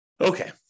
Okay